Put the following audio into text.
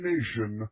Nation